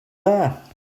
there